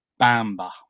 Bamba